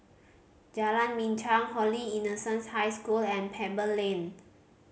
Jalan Binchang Holy Innocents' High School and Pebble Lane